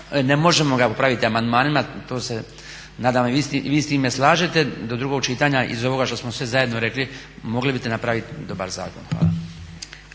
Ne možemo ga popravit amandmanima, to se nadam i vi s time slažete. Do drugog čitanja iz ovoga što smo sve zajedno rekli mogli biste napravit dobar zakon. Hvala.